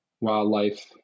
wildlife